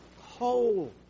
whole